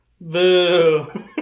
Boo